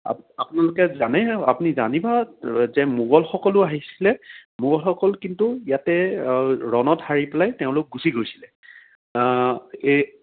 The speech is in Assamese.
আপোনালোকে জানে জানিব যে মোগলসকলো আহিছিল মোগলসকল কিন্তু ইয়াতে ৰণত হাৰি পেলাই তেওঁলোক গুচি গৈছিল এই